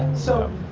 so